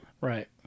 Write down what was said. Right